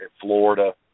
Florida